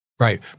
Right